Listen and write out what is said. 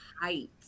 height